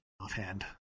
offhand